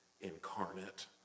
incarnate